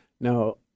now